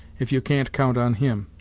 if you can't count on him.